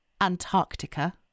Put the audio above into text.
Antarctica